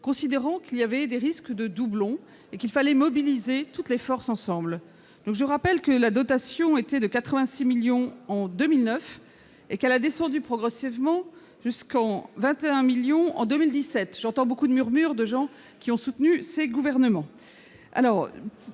considérant qu'il y avait des risques de doublons et qu'il fallait mobiliser toutes les forces ensemble. Je rappelle que la dotation était de 86 millions d'euros en 2009 et qu'elle a décru progressivement jusqu'à atteindre 21 millions d'euros en 2017. J'entends beaucoup de murmures sur les travées d'élus qui ont soutenu ces gouvernements.